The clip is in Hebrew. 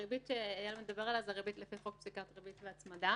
הריבית שאייל מדבר עליה זה ריבית לפני חוק פסיקת ריבית והצמדה,